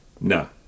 No